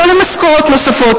לא למשכורות נוספות,